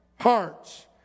hearts